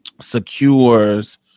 secures